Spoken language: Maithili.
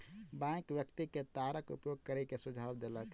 बैंक व्यक्ति के तारक उपयोग करै के सुझाव देलक